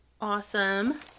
awesome